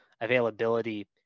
availability –